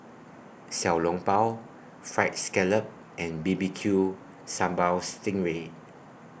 Xiao Long Bao Fried Scallop and B B Q Sambal Sting Ray